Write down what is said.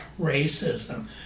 racism